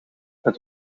het